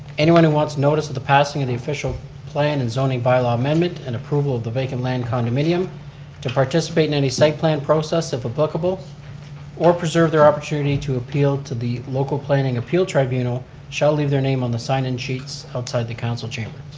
anyone who want notice of the passing of the official plan and zoning bylaw amendment and approval of the vacant land condominium to participate in any site plan process if applicable or preserve their opportunity to appeal to the local planning appeal tribunal shall leave their name on the sign-in sheets outside the council chamber.